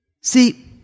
See